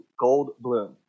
Goldblum